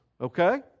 Okay